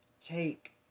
take